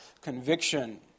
conviction